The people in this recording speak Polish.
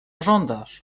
żądasz